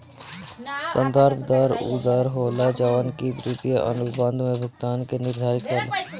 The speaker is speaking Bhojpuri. संदर्भ दर उ दर होला जवन की वित्तीय अनुबंध में भुगतान के निर्धारित करेला